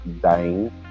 dying